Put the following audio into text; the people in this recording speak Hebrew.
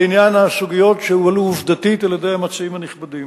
לעניין הסוגיות שהועלו עובדתית על-ידי המציעים הנכבדים,